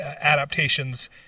adaptations